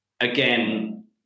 again